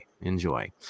Enjoy